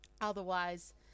otherwise